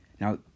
Now